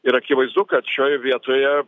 ir akivaizdu kad šioje vietoje